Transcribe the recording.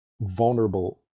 vulnerable